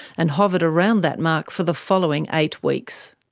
and hovered around that mark for the following eight weeks.